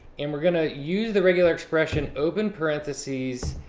and we're going to use the regular expression, open parentheses,